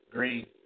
Green